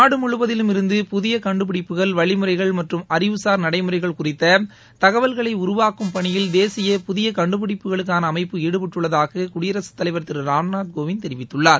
நாடு முழுவதிலும் இருந்து புதிய கண்டுபிடிப்புகள் வழிமுறைகள் மற்றும் அறிவுசார் நடைமுறைகள் குறித்த தகவல்களை உருவாக்கும் பணியில் தேசிய புதிய கண்டுபிடிப்புகளுக்கான அமைப்பு ாடுபட்டுள்ளதாக குடியரசு தலைவர் திரு ராம்நாத் கோவிந்த் தெரிவித்துள்ளார்